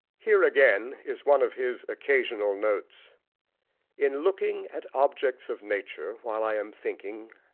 here again is one of his occasional notes in looking at objects of nature while i am thinking,